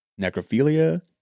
necrophilia